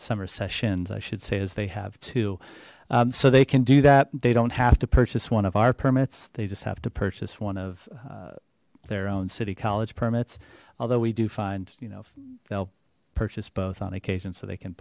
sessions i should say as they have to so they can do that they don't have to purchase one of our permits they just have to purchase one of their own city college permits although we do find you know they'll purchase both on occasions so they can